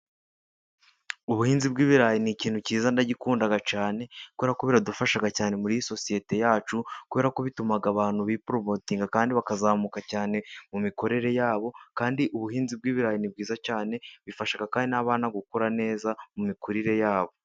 Ubuhinzi bw'ibirayi ni ikintu cyiza ndagikunda cyane, kubera ko biradufasha cyane muri iyi sociyete yacu, kubera ko bituma abantu biporomotinga kandi bakazamuka cyane mu mikorere yabo, kandi ubuhinzi bw'ibirayi ni bwiza cyane, bifasha kandi n'abana gukura neza mu mikurire yabo.